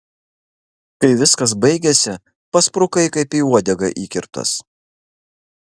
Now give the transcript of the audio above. kai viskas baigėsi pasprukai kaip į uodegą įkirptas